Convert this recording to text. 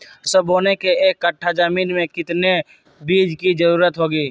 सरसो बोने के एक कट्ठा जमीन में कितने बीज की जरूरत होंगी?